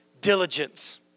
diligence